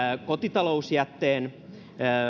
kotitalousjätteen